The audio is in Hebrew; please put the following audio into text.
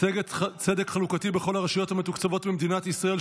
(צדק חלוקתי בכל הרשויות המתוקצבות במדינת ישראל),